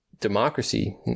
democracy